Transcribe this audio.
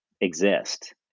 exist